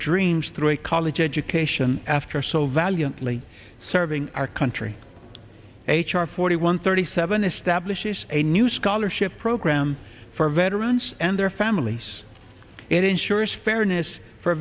dreams through a college education after so valiantly serving our country h r forty one thirty seven establishes a new scholarship program for veterans and their families it ensures fairness for